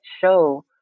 show